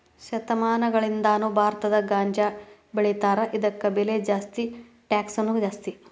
ಶತಮಾನಗಳಿಂದಾನು ಭಾರತದಾಗ ಗಾಂಜಾಬೆಳಿತಾರ ಇದಕ್ಕ ಬೆಲೆ ಜಾಸ್ತಿ ಟ್ಯಾಕ್ಸನು ಜಾಸ್ತಿ